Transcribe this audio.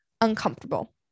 uncomfortable